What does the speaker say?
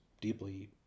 deeply